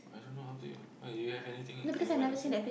I don't know up to you why do you have anything anywhere else you want